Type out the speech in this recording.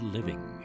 Living